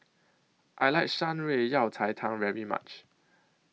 I like Shan Rui Yao Cai Tang very much